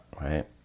right